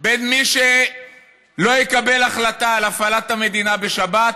בין מי שלא יקבל החלטה על הפעלת המדינה בשבת